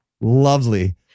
Lovely